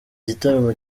gitaramo